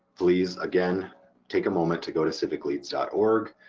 please again take a moment to go to civicleads org,